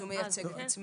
אז הוא מייצג את עצמו,